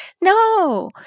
No